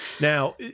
Now